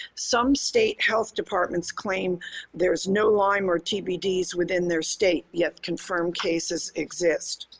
some state health departments claim there is no lyme or tbds within their state, yet confirmed cases exist.